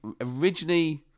originally